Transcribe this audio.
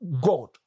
God